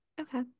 Okay